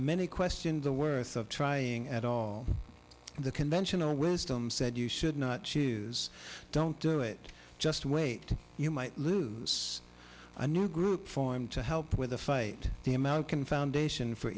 many question the worth of trying at all the conventional wisdom said you should not choose don't do it just wait you might loose a new group formed to help with the fight the amount can foundation for